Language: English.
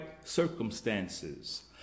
circumstances